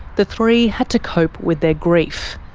the three had to cope with their grief.